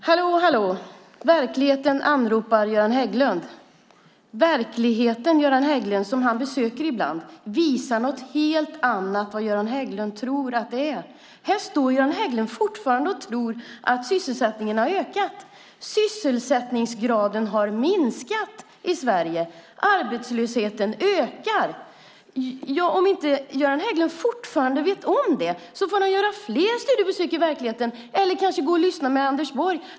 Herr talman! Hallå, hallå! Verkligheten anropar, Göran Hägglund! Verkligheten, som Göran Hägglund ibland besöker, visar något helt annat än Göran Hägglund tror. Fortfarande tror ju Göran Hägglund att sysselsättningen har ökat. Men sysselsättningsgraden i Sverige har minskat, och arbetslösheten ökar. Om Göran Hägglund fortfarande inte vet om det får han göra fler studiebesök i verkligheten eller kanske lyssna på Anders Borg.